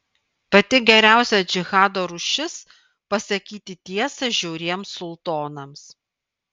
pati geriausia džihado rūšis pasakyti tiesą žiauriems sultonams